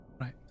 right